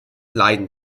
leiden